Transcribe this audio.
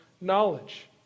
knowledge